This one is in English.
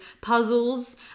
puzzles